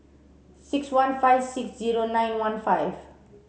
six one five six zero nine one five